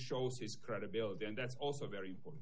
shows his credibility and that's also very important